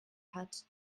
hat